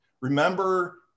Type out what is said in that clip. Remember